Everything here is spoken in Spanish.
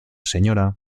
sra